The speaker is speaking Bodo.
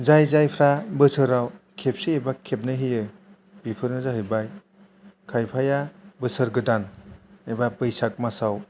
जाय जायफ्रा बोसोराव खेबसे एबा खेबनै होयो बेफोरनो जायैबाय खायफाया बोसोर गोदान एबा बैसाग मासाव